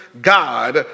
God